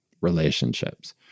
relationships